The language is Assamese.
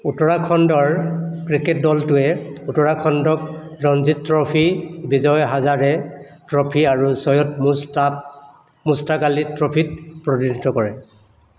উত্তৰাখণ্ডৰ ক্ৰিকেট দলটোৱে উত্তৰাখণ্ডক ৰঞ্জিত ট্ৰফী বিজয় হাজাৰে ট্ৰফী আৰু চৈয়দ মুস্তাপ মুস্তাক আলী ট্ৰফীত প্ৰতিনিধিত্ব কৰে